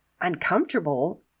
uncomfortable